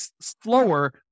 slower